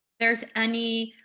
there's any